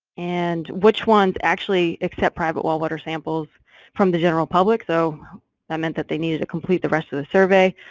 and which one's actually accept private well water samples from the general public? so that meant that they needed to complete the rest of the survey,